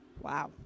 wow